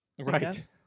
Right